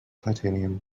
titanium